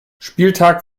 spieltag